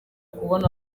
kubona